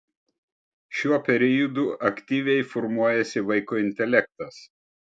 šiuo periodu aktyviai formuojasi vaiko intelektas